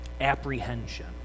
apprehension